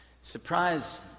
Surprise